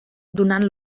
donant